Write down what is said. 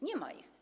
Nie ma ich.